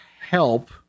help